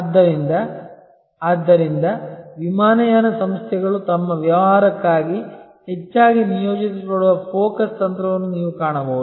ಆದ್ದರಿಂದ ಆದ್ದರಿಂದ ವಿಮಾನಯಾನ ಸಂಸ್ಥೆಗಳು ತಮ್ಮ ವ್ಯವಹಾರಕ್ಕಾಗಿ ಹೆಚ್ಚಾಗಿ ನಿಯೋಜಿಸಲ್ಪಡುವ ಫೋಕಸ್ ತಂತ್ರವನ್ನು ನೀವು ಕಾಣಬಹುದು